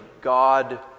God